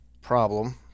problem